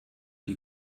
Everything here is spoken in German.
die